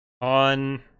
on